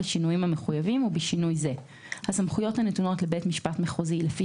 בשינויים המחויבים ובשינוי זה: הסמכויות הנתונות לבית משפט מחוזי לפי